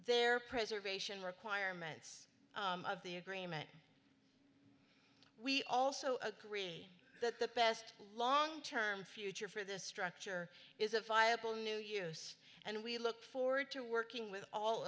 their preservation requirements of the agreement we also agree that the best long term future for this structure is a viable new use and we look forward to working with all